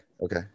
Okay